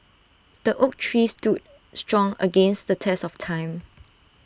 the oak tree stood strong against the test of time